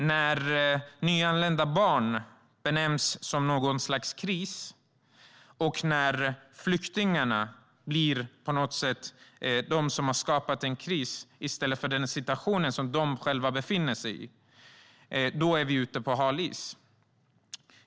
När nyanlända barn benämns som någon sorts kris och när flyktingarna på något sätt blir de som har skapat en kris i stället för att krisen är situationen de själva befinner sig i, då är vi ute på hal is.